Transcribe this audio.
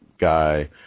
guy